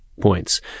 points